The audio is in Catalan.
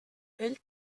ell